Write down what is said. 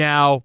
Now